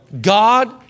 God